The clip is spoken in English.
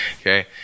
Okay